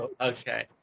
okay